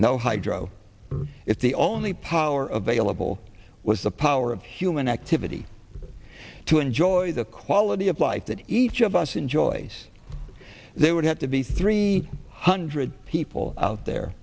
no hydro it's the only power of a level was the power of human activity to enjoy the quality of life that each of us enjoys they would have to be three hundred people out there